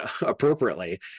appropriately